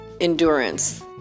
endurance